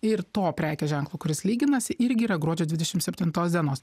ir to prekės ženklo kuris lyginasi irgi yra gruodžio dvidešim septintos dienos